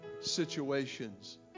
situations